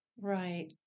Right